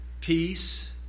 peace